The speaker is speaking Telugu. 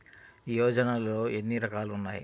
యోజనలో ఏన్ని రకాలు ఉన్నాయి?